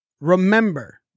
remember